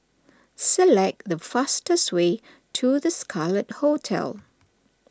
select the fastest way to the Scarlet Hotel